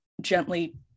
gently